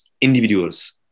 individuals